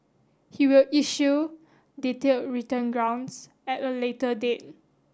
he will issue detailed written grounds at a later date